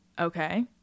Okay